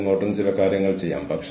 നിങ്ങൾ എന്നോട് ചോദ്യങ്ങൾ ചോദിക്കൂ